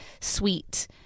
sweet